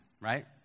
right